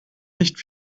nicht